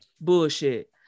bullshit